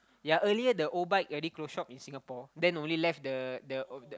yea earlier the O-Bike already close shop in Singapore then only left the the oh the